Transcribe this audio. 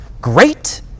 great